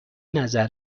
نظر